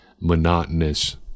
monotonous